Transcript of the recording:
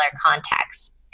context